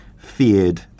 Feared